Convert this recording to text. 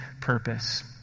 purpose